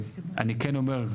אני כן אומר,